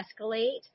escalate